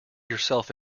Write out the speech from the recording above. yourself